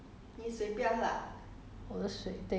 err